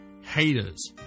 haters